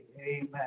Amen